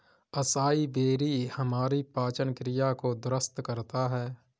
acai berry हमारी पाचन क्रिया को दुरुस्त करता है